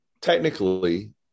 technically